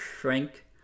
shrink